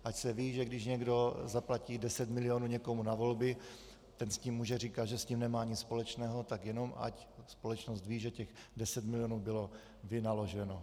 Ať se ví, že když někdo zaplatí 10 milionů někomu na volby, ten může říkat, že s tím nemá nic společného, tak jenom ať společnost ví, že těch 10 milionů bylo vynaloženo.